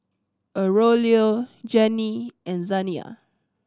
Aurelio Jennie and Zaniyah